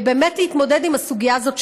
ובאמת להתמודד עם הסוגיה הזאת,